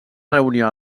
reunió